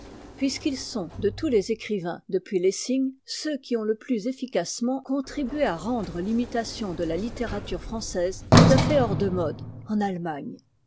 puisqu'ils sont de tous les écrivains depuis lessing ceux qui ont le plus efficacement contribué à rendre l'imitation de la littérature française tout à fait hors de mode en allemagne